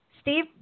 Steve